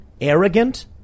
arrogant